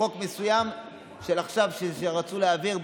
חוק מסוים שרצו להעביר,